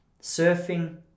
surfing